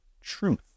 truth